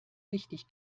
richtig